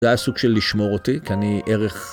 זה היה סוג של לשמור אותי, כי אני ערך...